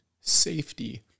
safety